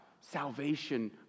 salvation